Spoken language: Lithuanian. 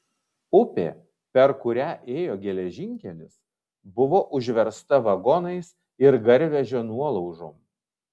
upė per kurią ėjo geležinkelis buvo užversta vagonais ir garvežio nuolaužom